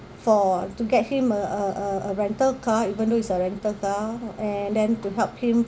for to get him a a a a rental car even though it's a rental car and then to help him